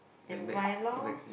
never mind loh